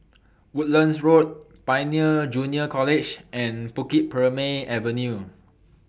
Woodlands Road Pioneer Junior College and Bukit Purmei Avenue